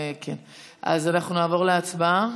אז אנחנו נעבור להצבעה.